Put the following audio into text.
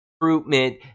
recruitment